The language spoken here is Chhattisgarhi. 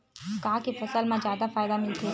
का के फसल मा जादा फ़ायदा मिलथे?